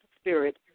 spirit